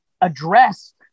address